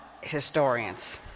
historians